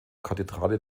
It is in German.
kathedrale